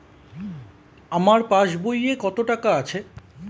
আমার পাস বইয়ে কত টাকা আছে?